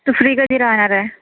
तू free कधी राहणार आहे